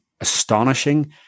astonishing